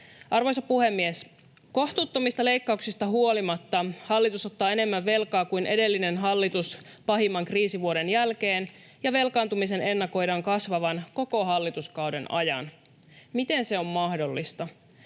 Arvoisa puhemies! Kohtuuttomista leikkauksista huolimatta hallitus ottaa enemmän velkaa kuin edellinen hallitus pahimman kriisivuoden jälkeen, ja velkaantumisen ennakoidaan kasvavan koko hallituskauden ajan. Miten se on mahdollista?